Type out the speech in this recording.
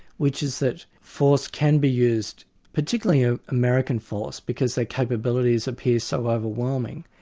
which is that force can be used, particularly ah american force, because their capabilities appear so overwhelming,